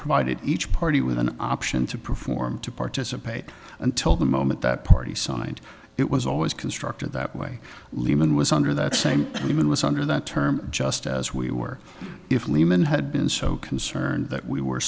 provided each party with an option to perform to participate until the moment that party signed it was always constructor that way lehman was under that same woman was under that term just as we were if lehman had been so concerned that we were